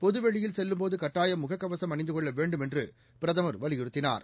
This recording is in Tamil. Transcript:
பொது வெளியில் செல்லும் போது கட்டாயம் முகக்கவசம் அணிந்து கொள்ள வேண்டும் என்று பிரதமர் வலியுறுத்தினார்